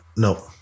No